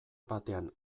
batean